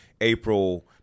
April